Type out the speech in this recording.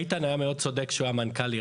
איתן היה מאוד צודק כשהוא היה ראש